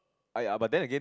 !aiya! but then again